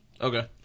Okay